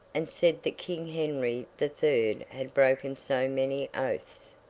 and said that king henry the third had broken so many oaths,